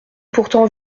pourtant